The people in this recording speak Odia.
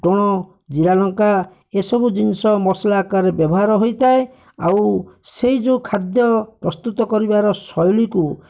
ଫୁଟଣ ଜିରା ଲଙ୍କା ଏ ସବୁ ଜିନିଷ ମସଲା ଆକାରରେ ବ୍ୟବହାର ହୋଇଥାଏ ଆଉ ସେଇ ଯୋଉ ଖାଦ୍ୟ ପ୍ରସ୍ତୁତ କରିବାର ଶୈଳୀକୁ